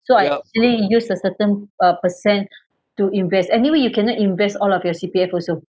so I actually use a certain uh percent to invest anyway you cannot invest all of your C_P_F also